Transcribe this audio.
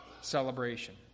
celebration